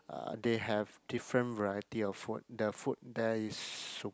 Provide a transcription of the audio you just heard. uh they have different variety of food the food there is shiok